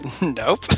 Nope